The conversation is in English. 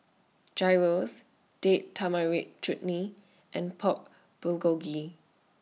Gyros Date Tamarind Chutney and Pork Bulgogi